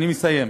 אני מסיים,